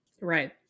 Right